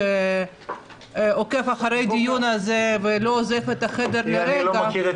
עוקב אחריו ולא עוזב את החדר לרגע,